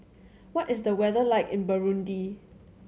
what is the weather like in Burundi